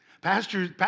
Pastor's